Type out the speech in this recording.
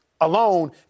alone